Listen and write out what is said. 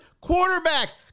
quarterback